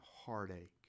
heartache